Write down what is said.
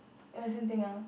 uh same thing ah